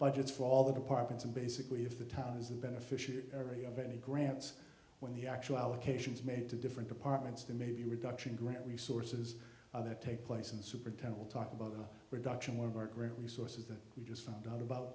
budgets for all the departments and basically if the town is the beneficiary of any grants when the actual allocations made to different departments then maybe reduction grant resources that take place and superintend will talk about the reduction one of our great resources that we just found out about